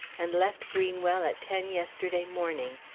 and left greenwell at ten yesterday morning,